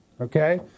okay